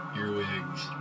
earwigs